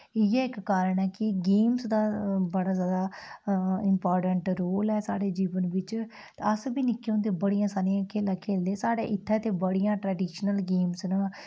इ'यै इक कारण ऐ कि गेमां दा बड़ा जैदा इम्पार्टैंट रोल ऐ साढ़े जीवन बिच अस बी निक्के होंदे बड़ियां सारियां खेढां खेढदे हे साढ़े इत्थै ते बड़ियां सारियां ट्रैडिशनल गेमां न